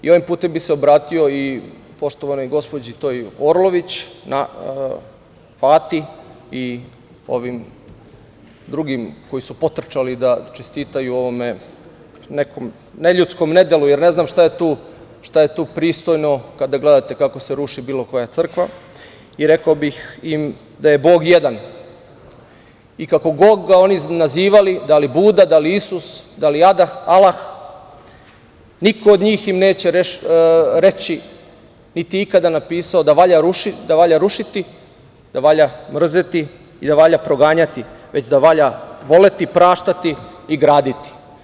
Ovim putem bih se obratio i toj poštovanoj gospođi Orlović Fati i ovim drugima koji su potrčali da čestitaju nekom neljudskom ne delu, jer ne znam šta je tu pristojno kada gledate kako se ruši bilo koja crkva, i rekao bih im da je Bog jedan i kako god ga oni nazivali, da li Buda, da li Isus, da li Alah, niko od njih im neće reći, niti ikada napisao da valja rušiti, da valja mrzeti i da valja proganjati, već da valja voleti, praštati i graditi.